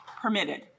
permitted